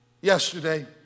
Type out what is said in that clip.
Yesterday